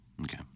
Okay